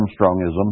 Armstrongism